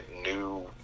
new